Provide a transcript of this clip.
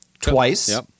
twice